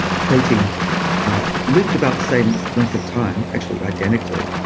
protein ah lived about the same length of time actually identically.